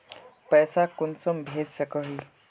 पैसा कुंसम भेज सकोही?